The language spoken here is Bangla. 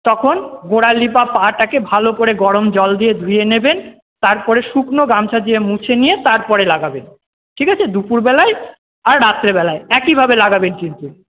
তখন গোড়ালি বা পাটাকে ভালো করে গরম জল দিয়ে ধুয়ে নেবেন তারপরে শুকনো গামছা দিয়ে মুছে নিয়ে তারপরে লাগাবেন ঠিক আছে দুপুরবেলায় আর রাত্রেবেলায় একইভাবে লাগাবেন কিন্তু